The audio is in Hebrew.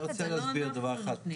אם אפשר, אדוני, אני רוצה להסביר דבר אחד.